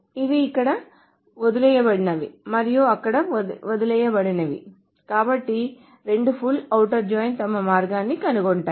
ఇవి ఇక్కడ వదిలివేయబడినవి మరియు అక్కడ వదిలివేయబడినవి కాబట్టి రెండూ ఫుల్ ఔటర్ జాయిన్ తమ మార్గాన్ని కనుగొంటాయి